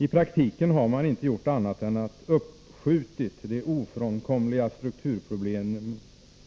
I praktiken har man inte gjort annat än uppskjutit de ofrånkomliga strukturproblemen